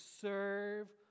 serve